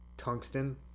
Tungsten